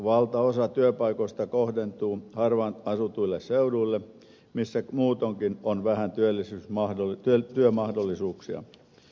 valtaosa työpaikoista kohdentuu harvaanasutuille seuduille missä muutoinkin on vähän työmahdollisuuksia